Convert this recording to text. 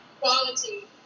quality